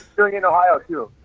so like in ohio too,